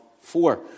four